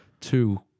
two